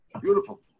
Beautiful